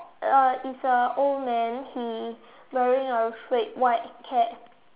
uh it's a old man he wearing a red white cap